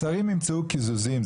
השרים ימצאו קיזוזים,